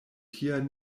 tia